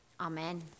Amen